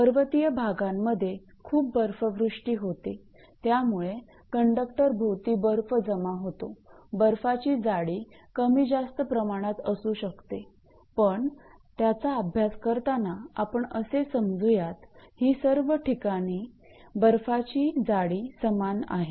पर्वतीय भागांमध्ये खूप बर्फवृष्टी होते त्यामुळे कंडक्टर भोवती बर्फ जमा होतो बर्फाची जाडी कमी जास्त प्रमाणात असू शकते पण त्याचा अभ्यास करताना आपण असे समजूयात ही सर्व ठिकाणी बर्फाची जाडी समान आहे